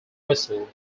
wessel